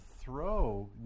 throw